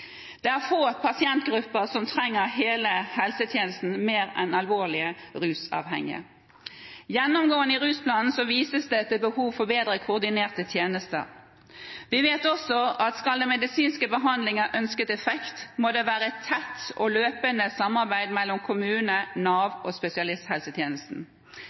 Det er få pasientgrupper som trenger hele helsetjenesten mer enn alvorlig rusavhengige. Gjennomgående i rusplanen vises det til behov for bedre koordinerte tjenester. Vi vet også at skal den medisinske behandlingen ha ønsket effekt, må det være et tett og løpende samarbeid mellom kommune,